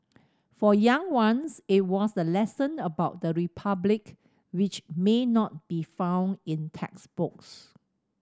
for younger ones it was a lesson about the Republic which may not be found in textbooks